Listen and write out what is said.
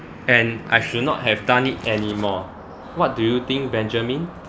and I should not have done it anymore what do you think benjamin